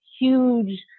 huge